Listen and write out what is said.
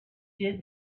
did